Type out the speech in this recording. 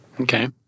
Okay